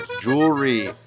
jewelry